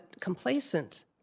complacent